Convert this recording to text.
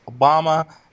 Obama